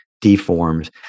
deforms